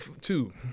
two